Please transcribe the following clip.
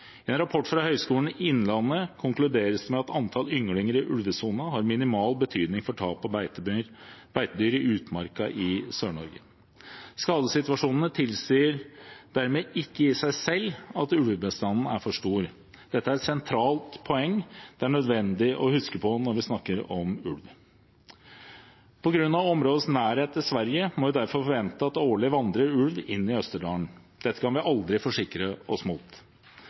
en rapport fra Høgskolen i Innlandet konkluderes det med at antall ynglinger i ulvesonen har minimal betydning for tap av beitedyr i utmarka i Sør-Norge. Skadesituasjonene tilsier dermed ikke i seg selv at ulvebestanden er for stor. Dette er et sentralt poeng det er nødvendig å huske på når vi snakker om ulv. På grunn av områdets nærhet til Sverige må vi derfor forvente at det årlig vandrer ulv inn i Østerdalen. Dette kan vi aldri forsikre oss mot.